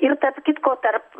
ir tarp kitko tarp